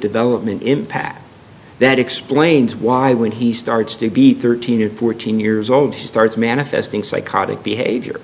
development impact that explains why when he starts to be thirteen or fourteen years old he starts manifesting psychotic behavior